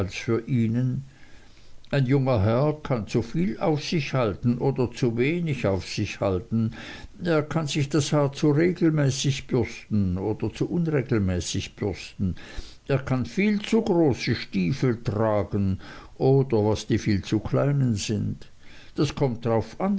für ihnen ein junger herr kann zu viel auf sich halten oder zu wenig auf sich halten er kann sich das haar zu regelmäßig bürsten oder zu unregelmäßig bürsten er kann viel zu große stiefel tragen oder was die viel zu kleinen sind das kommt drauf an